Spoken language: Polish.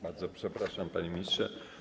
Bardzo przepraszam, panie ministrze.